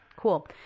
Cool